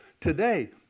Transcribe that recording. Today